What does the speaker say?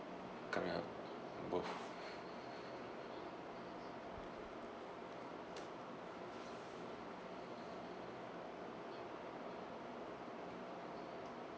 coming out both